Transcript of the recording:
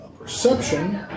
perception